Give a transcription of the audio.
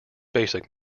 basic